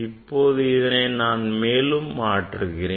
இப்போது இதனை நான் மேலும் மாற்றுகிறேன்